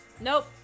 Nope